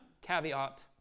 caveat